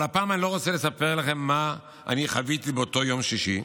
אבל הפעם אני לא רוצה לספר לכם מה אני חוויתי באותו יום שישי,